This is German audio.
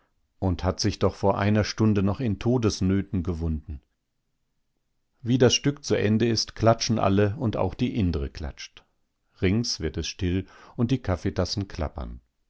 und hat sich doch vor einer stunde noch in todesnöten gewunden wie das stück zu ende ist klatschen alle und auch die indre klatscht rings wird es still und die kaffeetassen klappern